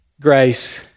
grace